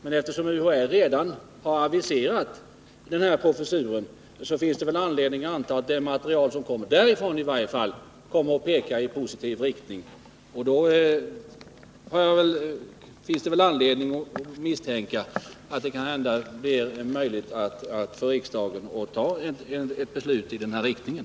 Men eftersom UHÄ redan har aviserat den här professuren finns det väl anledning att anta att det material som kommer därifrån i varje fall skall peka i positiv riktning. Då finns det anledning att tro att det blir möjligt för riksdagen att fatta ett beslut i den riktningen.